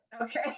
Okay